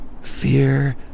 Fear